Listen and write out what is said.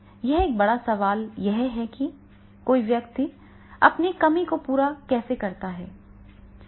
यहां एक बड़ा सवाल यह है कि कोई व्यक्ति अपनी कमी को कैसे पूरा करता है